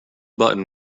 button